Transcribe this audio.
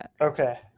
Okay